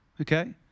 okay